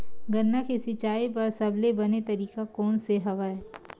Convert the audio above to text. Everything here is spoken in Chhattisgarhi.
गन्ना के सिंचाई बर सबले बने तरीका कोन से हवय?